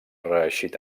reeixit